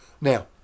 Now